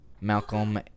Malcolm